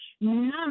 none